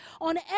on